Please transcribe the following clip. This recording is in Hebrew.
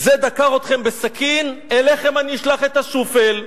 זה דקר אתכם בסכין, אליכם אני אשלח את השופל.